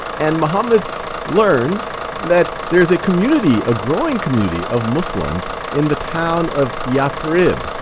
and muhammed learns that there's a community, a growing community of muslims in the town of yathrib,